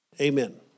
Amen